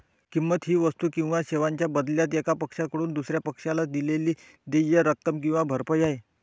किंमत ही वस्तू किंवा सेवांच्या बदल्यात एका पक्षाकडून दुसर्या पक्षाला दिलेली देय रक्कम किंवा भरपाई आहे